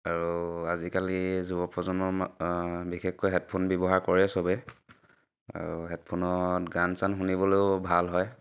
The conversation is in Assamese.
আৰু আজিকালি যুৱ প্ৰ্ৰজন্ম বিশেষকৈ হেডফোন ব্যৱহাৰ কৰে চবেই আৰু হেডফোনত গান চান শুনিবলৈয়ো ভাল হয়